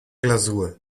glasur